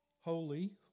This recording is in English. holy